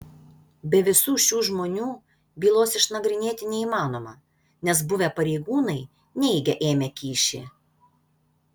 be visų šių žmonių bylos išnagrinėti neįmanoma nes buvę pareigūnai neigia ėmę kyšį